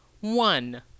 One